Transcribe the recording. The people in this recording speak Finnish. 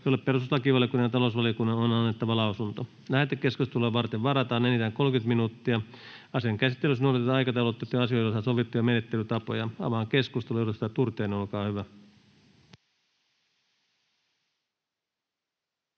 jolle perustuslakivaliokunnan ja talousvaliokunnan on annettava lausunto. Lähetekeskustelua varten varataan enintään 30 minuuttia. Asian käsittelyssä noudatetaan aikataulutettujen asioiden osalta sovittuja menettelytapoja. — Avaan keskustelun. Edustaja Turtiainen, olkaa hyvä.